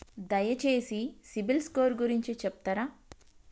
దయచేసి సిబిల్ స్కోర్ గురించి చెప్తరా?